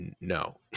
No